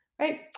right